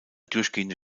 durchgehende